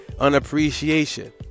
unappreciation